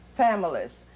families